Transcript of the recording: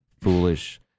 foolish